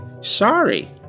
Sorry